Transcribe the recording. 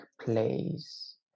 place